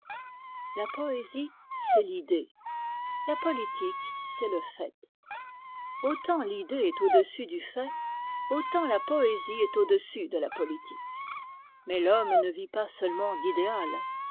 la poésie c'est l'idée la politique c'est le fait autant l'idée est au-dessus du fait autant la poésie est au-dessus de la politique mais l'homme ne vit pas seulement d'idéal